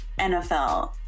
NFL